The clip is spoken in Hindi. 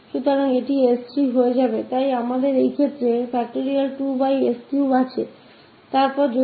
तो यह बन जाएगा s3 तो यहाँ 2